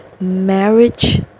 marriage